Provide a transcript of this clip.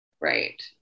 Right